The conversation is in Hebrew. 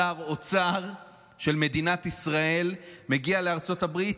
שר אוצר של מדינת ישראל מגיע לארצות הברית,